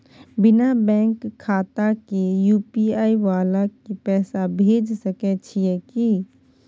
बिना बैंक खाता के यु.पी.आई वाला के पैसा भेज सकै छिए की?